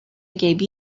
gave